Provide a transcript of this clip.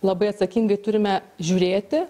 labai atsakingai turime žiūrėti